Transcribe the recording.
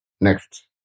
Next